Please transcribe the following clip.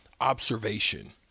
observation